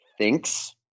thinks